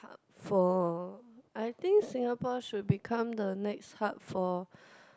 for I think Singapore should become the next hub for